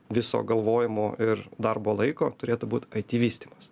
viso galvojimo ir darbo laiko turėtų būti aiti vystimas